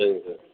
சரிங்க சார்